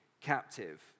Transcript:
captive